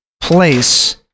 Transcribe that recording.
place